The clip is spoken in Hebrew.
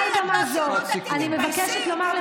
אז מעל במה זו אני מבקשת, תתביישי.